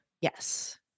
Yes